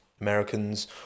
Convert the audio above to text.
Americans